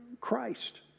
Christ